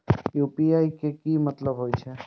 UPI के की मतलब हे छे?